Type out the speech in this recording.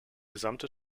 gesamte